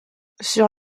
sur